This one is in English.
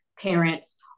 parents